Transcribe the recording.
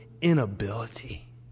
inability